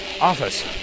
office